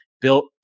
Built